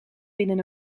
binnen